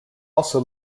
also